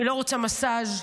היא לא רוצה מסז',